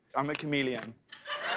i'm a chameleon.